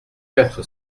quatre